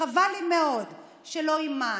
וחבל לי מאוד שלא אימאן,